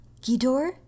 Gidor